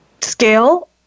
scale